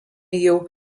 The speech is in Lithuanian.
jau